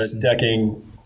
decking